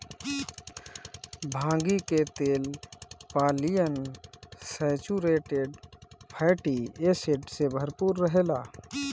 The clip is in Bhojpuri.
भांगी के तेल पालियन सैचुरेटेड फैटी एसिड से भरपूर रहेला